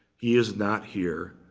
he is not here,